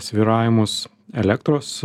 svyravimus elektros